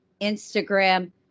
Instagram